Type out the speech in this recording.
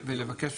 ולבקש